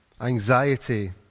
Anxiety